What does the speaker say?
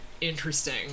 interesting